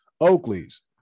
Oakley's